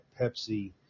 Pepsi